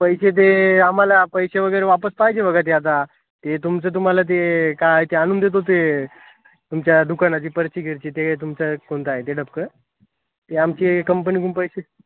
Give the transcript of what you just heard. पैसे ते आम्हाला पैसे वगैरे वापस पाहिजे बघा ते आता ते तुमचं तुम्हाला ते काय ते आणून देतो ते तुमच्या दुकानाची पर्चिगिरची ते तुमचं कोणता आहे ते डबकं ते आमचे कंपनीकडून पैसे